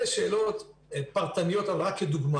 אלה שאלות פרטניות, אבל הן רק כדוגמה.